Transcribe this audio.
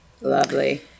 Lovely